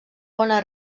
bona